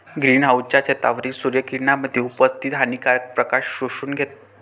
green हाउसच्या छतावरील सूर्य किरणांमध्ये उपस्थित हानिकारक प्रकाश शोषून घेतो